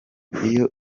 iyo